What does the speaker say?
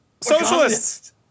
Socialists